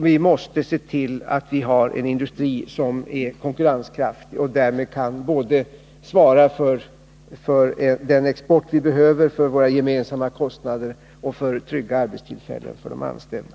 Vi måste se till att vi har en industri som är konkurrenskraftig och som därmed både kan svara för den export vi behöver för våra gemensamma kostnader och trygga arbetstillfällen för de anställda.